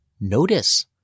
notice